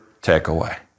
takeaway